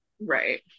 Right